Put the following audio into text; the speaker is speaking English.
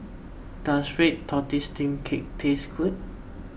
does Red Tortoise Steamed Cake taste good